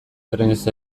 trenez